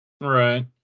Right